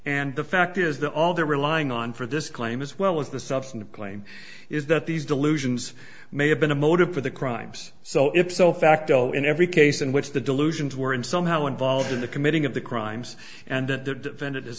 and the fact is that all they're relying on for this claim as well as the substantive claim is that these delusions may have been a motive for the crimes so if so facto in every case in which the delusions were in somehow involved in the committing of the crimes and at the end